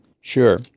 Sure